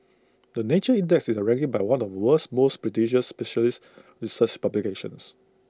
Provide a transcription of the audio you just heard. the nature index is A ranking by one of the world's most prestigious specialist research publications